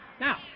Now